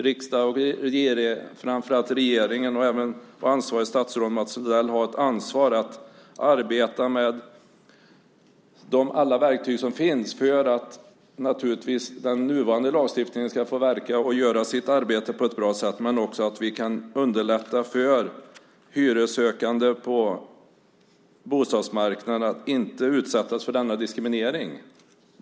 Riksdagen och framför allt regeringen och ansvarigt statsråd, Mats Odell, har ett ansvar att arbeta med alla de verktyg som finns för att den nuvarande lagstiftningen ska få verka på ett bra sätt. Men det handlar också om att vi kan underlätta för hyressökande på bostadsmarknaden, så att de inte utsätts för denna diskriminering.